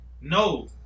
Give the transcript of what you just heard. No